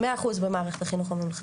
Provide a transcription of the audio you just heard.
100% במערכת החינוך הממלכתית.